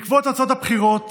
בעקבות תוצאות בחירות